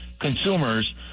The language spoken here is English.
consumers